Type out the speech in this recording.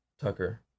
Tucker